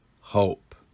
hope